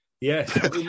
Yes